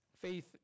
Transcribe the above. faith